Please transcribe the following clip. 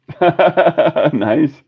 Nice